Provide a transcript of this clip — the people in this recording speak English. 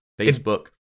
Facebook